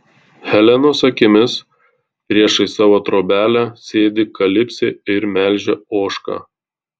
helenos akimis priešais savo trobelę sėdi kalipsė ir melžia ožką